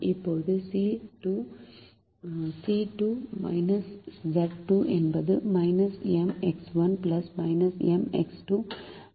இப்போது C2 Z2 என்பது -M x 1 3M ஆகும்